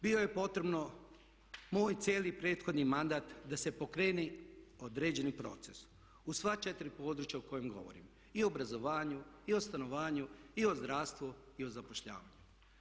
Bilo je potrebno moj cijeli prethodni mandat da se pokrene određeni proces u sva četiri područja o kojem govorim i obrazovanju i o stanovanju i o zdravstvu i o zapošljavanju.